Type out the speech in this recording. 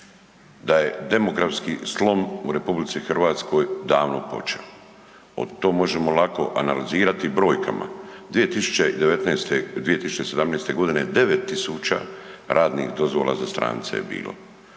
da je demografski slom u RH davno počeo. To možemo lako analizirati brojkama 2019., 2017. godine 9.000 radnih dozvola za strance je bilo,